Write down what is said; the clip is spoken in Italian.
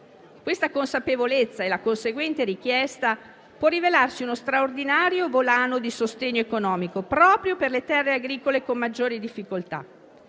Questa consapevolezza e la conseguente richiesta possono rivelarsi uno straordinario volano di sostegno economico proprio per le terre agricole con maggiori difficoltà.